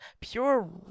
pure